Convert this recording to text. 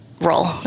role